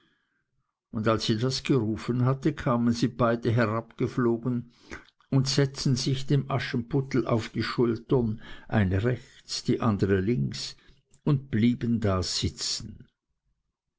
und als sie das gerufen hatten kamen sie beide herabgeflogen und setzten sich dem aschenputtel auf die schultern eine rechts die andere links und blieben da sitzen